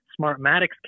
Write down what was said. Smartmatic's